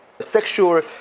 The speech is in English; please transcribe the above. sexual